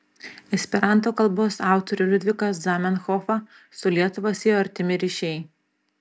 esperanto kalbos autorių liudviką zamenhofą su lietuva siejo artimi ryšiai